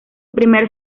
primer